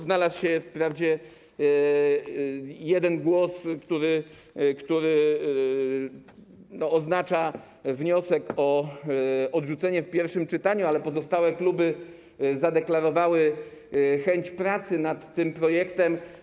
Znalazł się wprawdzie jeden głos, który oznacza wniosek o odrzucenie w pierwszym czytaniu, ale pozostałe kluby zadeklarowały chęć pracy nad tym projektem.